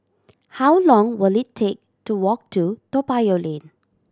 how long will it take to walk to Toa Payoh Lane